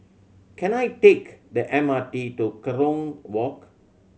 can I take the M R T to Kerong Walk